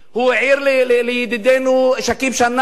הוא העיר לידידנו שכיב שנאן,